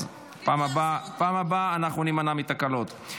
אז בפעם הבאה אנחנו נימנע מתקלות.